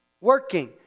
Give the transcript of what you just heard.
working